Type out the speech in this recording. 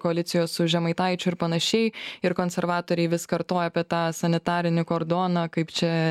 koalicijos su žemaitaičiu ir panašiai ir konservatoriai vis kartoja apie tą sanitarinį kordoną kaip čia